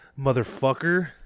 Motherfucker